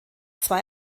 zwei